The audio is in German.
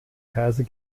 kaiser